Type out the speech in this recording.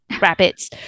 rabbits